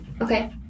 Okay